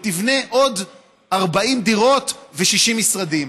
ותבנה עוד 40 דירות ו-60 משרדים.